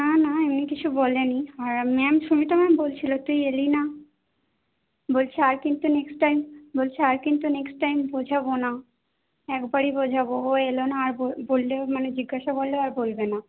না না এমনি কিছু বলে নি আর ম্যাম সুমিতা ম্যাম বলছিলো তুই এলি না বলছে আর কিন্তু নেক্সট টাইম বলছে আর কিন্তু নেক্সট টাইম বোঝাবো না একবারই বোঝাবো ও এলো না আর বললেও মানে জিজ্ঞাসা করলেও আর বলবে না